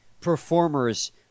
performers